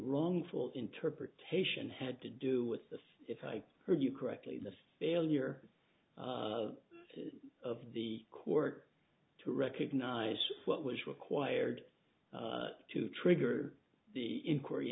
wrongful interpretation had to do with this if i heard you correctly the failure of the court to recognize what was required to trigger the inquiry